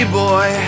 boy